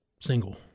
single